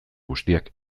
guztiak